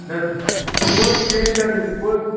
نَہ حظ پوٚز چٲنۍ کَتھ حظ چھِ پوٚز